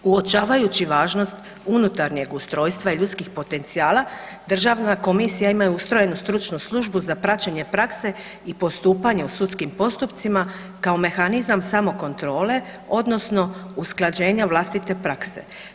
Uočavajući važnost unutarnjeg ustrojstva i ljudskih potencijala, Državna komisija ima ustrojenu stručnu službu za praćenje prakse i postupanje u sudskim postupcima kao mehanizam samokontrole odnosno usklađenja vlastite prakse.